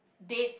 date